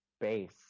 base